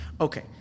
Okay